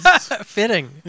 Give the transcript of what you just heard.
Fitting